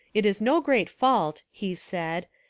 it is no great fault, he said,